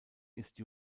ist